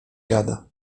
gada